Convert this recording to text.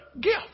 gift